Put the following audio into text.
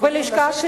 בלשכה של